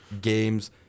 games